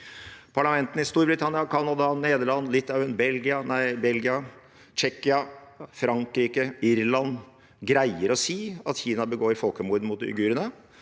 Parlamentene i Storbritannia, Canada, Nederland, Litauen, Belgia, Tsjekkia, Frankrike og Irland greier å si at Kina begår folkemord mot uigurene.